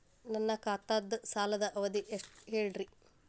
ನನ್ನ ಖಾತಾದ್ದ ಸಾಲದ್ ಅವಧಿ ಹೇಳ್ರಿ